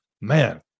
Man